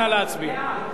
נא להצביע.